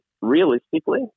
Realistically